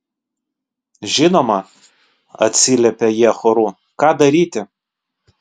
žinoma atsiliepė jie choru ką daryti